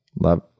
love